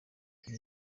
ibi